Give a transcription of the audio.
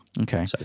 okay